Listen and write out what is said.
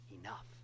enough